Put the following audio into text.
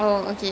ya